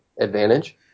advantage